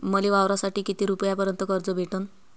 मले वावरासाठी किती रुपयापर्यंत कर्ज भेटन?